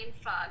fog